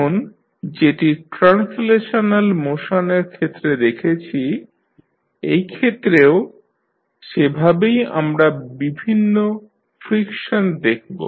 এখন যেটি ট্রান্সলেশনাল মোশনের ক্ষেত্রে দেখেছি এই ক্ষেত্রেও সেভাবেই আমরা বিভিন্ন ফ্রিকশন দেখব